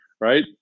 right